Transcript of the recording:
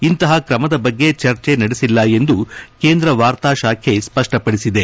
ಇಂತಪ ಕ್ರಮದ ಬಗ್ಗೆ ಚರ್ಚೆ ನಡೆಸಿಲ್ಲ ಎಂದು ಕೇಂದ್ರ ವಾರ್ತಾ ಶಾಖೆ ಸ್ಪಷ್ಟ ಪಡಿಸಿದೆ